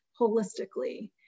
holistically